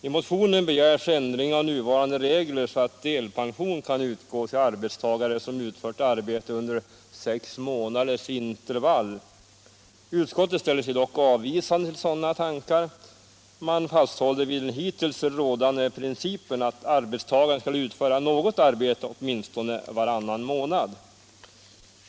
I motionen begärs ändring av nuvarande regler, så att delpension kan utgå till arbetstagare som utför arbete under sex månaders intervall. Utskottet ställer sig dock avvisande till sådana tankar. Det fasthåller vid den hittills rådande principen att arbetstagaren utför något arbete åtminstone varannan månad.